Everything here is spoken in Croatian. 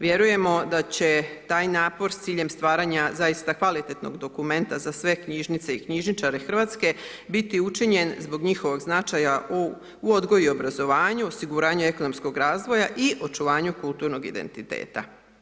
Vjerujemo da će taj napor s ciljem stvaranja zaista kvalitetnog dokumenta za sve knjižnice i knjižničare Hrvatske, biti učinjen zbog njihovog značaja u odgoju i obrazovanju, osiguranju ekonomskog razvoja i očuvanju kulturnog identiteta.